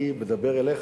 אני מדבר אליך,